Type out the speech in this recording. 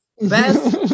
Best